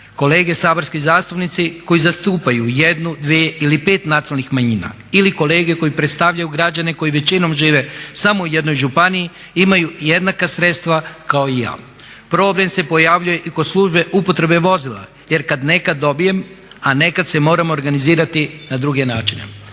kolege saborski zastupnici koji zastupaju jednu, dvije ili pet nacionalnih manjina ili kolege koji predstavljaju građane koji većinom žive samo u jednoj županiji imaju jednaka sredstva kao i ja. Problem se pojavljuje i kod službe upotrebe vozila jer kada nekad dobijem, a nekad se moram organizirati na druge načine.